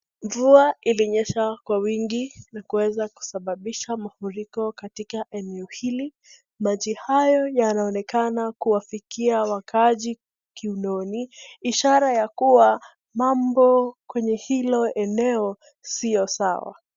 Mvua ilinyesha kwa wingi na kuweza kusababisha mafuriko katika eneo hili. Maji hayo yanaonekana kuwafikia wakaaji kiunoni, ishara ya kuwa mambo kwenye hilo eneo sio sawa.